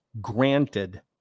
granted